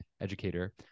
educator